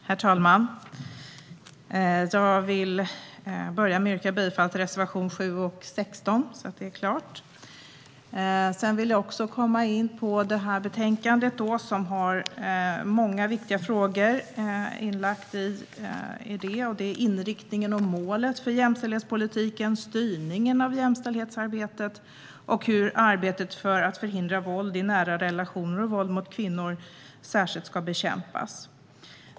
Herr talman! Jag vill börja med att yrka bifall till reservationerna 7 och 16, så att det är klart. Sedan vill jag komma in på betänkandet, som innehåller många viktiga frågor. Det handlar om inriktningen och målet för jämställdhetspolitiken, styrningen av jämställdhetsarbetet och hur arbetet för att förhindra våld i nära relationer och våld mot kvinnor ska bedrivas.